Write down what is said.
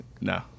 No